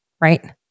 right